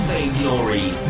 Vainglory